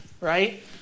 right